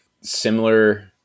similar